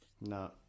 No